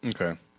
Okay